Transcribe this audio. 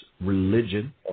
religion